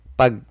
pag